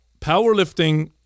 Powerlifting